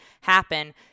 happen